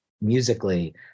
musically